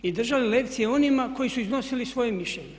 I držali lekcije onima koji su iznosili svoje mišljenje.